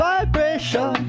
Vibration